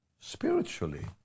Spiritually